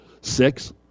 six